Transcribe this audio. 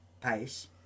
pace